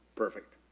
perfect